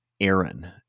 Aaron